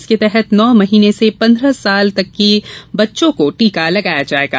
इसके तहत नौ महीने से पंद्रह वर्ष तक के बच्चों को टीका लगाया जायेगा